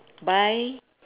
buy